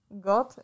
God